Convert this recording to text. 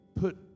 put